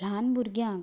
ल्हान भुरग्यांक